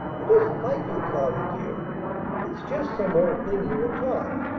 it isn't like you, cloudy, dear it's just some old thing you were taught.